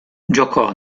giocò